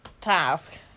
task